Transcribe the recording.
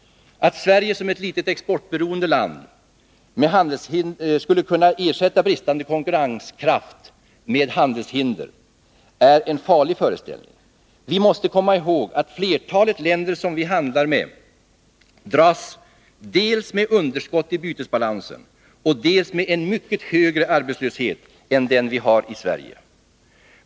Att Sverige som ett litet exportberoende land skulle kunna ersätta bristande konkurrenskraft med handelshinder är en farlig föreställning. Vi måste komma ihåg att flertalet länder som vi handlar med dras dels med underskott i bytesbalansen, dels med en mycket högre arbetslöshet än den vi har i Sverige.